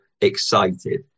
excited